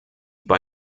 bei